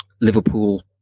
Liverpool